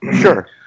Sure